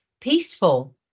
peaceful